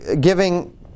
Giving